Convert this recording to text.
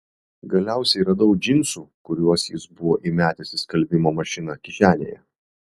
galiausiai radau džinsų kuriuos jis buvo įmetęs į skalbimo mašiną kišenėje